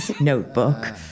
notebook